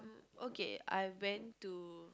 okay I went to